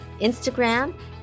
Instagram